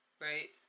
right